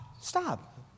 Stop